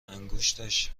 انگشتش